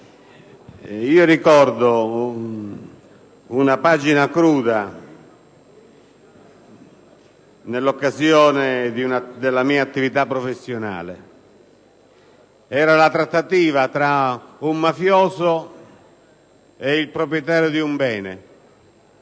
52. Ricordo una pagina cruda nell'occasione della mia attività professionale. Era la trattativa fra un mafioso e il proprietario di un bene